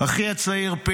עשר דקות,